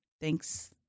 Thanks